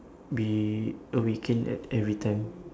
be awaken at every time